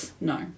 No